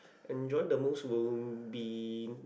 enjoy the most will be